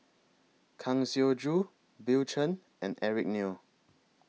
Kang Siong Joo Bill Chen and Eric Neo